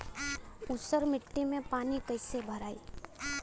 ऊसर मिट्टी में पानी कईसे भराई?